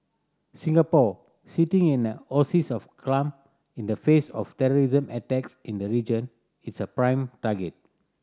Singapore sitting in an oasis of calm in the face of terrorism attacks in the region is a prime target